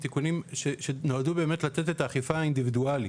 תיקונים שנועדו באמת לתת את האכיפה האינדיבידואלית,